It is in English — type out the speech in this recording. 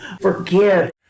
forgive